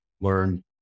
learn